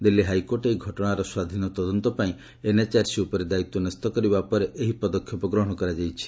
Delhi high court ଏହି ଘଟଣାର ସ୍ୱାଧୀନ ତଦନ୍ତ ପାଇଁ ଏନ୍ଏଚ୍ଆର୍ସି ଉପରେ ଦାୟିତ୍ୱ ନ୍ୟସ୍ତ କରିବା ପରେ ଏହି ପଦକ୍ଷେପ ଗ୍ରହଣ କରାଯାଇଛି